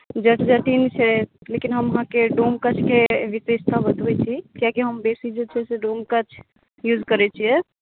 जट जटिन छै लेकिन हम अहाँकेँ डोमकछके विशेषता बतबैत छी कियाकि हम बेसी जे छै से डोमकछ यूज करैत छियै